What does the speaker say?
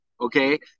okay